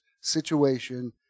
situation